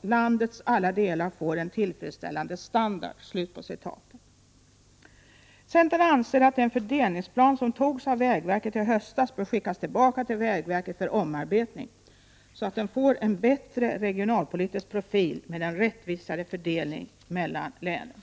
”landets alla delar får en tillfredsställande standard”. Centern anser att den fördelningsplan som togs av vägverket i höstas bör skickas tillbaka till vägverket för omarbetning, så att den får en bättre regionalpolitisk profil med en rättvisare fördelning mellan länen.